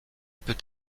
peut